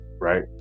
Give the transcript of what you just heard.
right